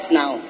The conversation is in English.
now